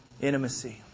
intimacy